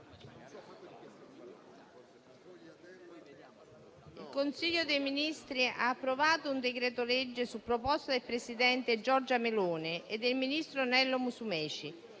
il Consiglio dei ministri ha approvato un decreto-legge, su proposta del presidente Giorgia Meloni e del ministro Nello Musumeci,